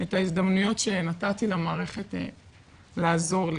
את ההזדמנויות שנתתי למערכת לעזור לי.